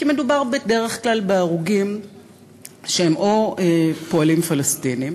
כי מדובר בדרך כלל בהרוגים שהם או פועלים פלסטינים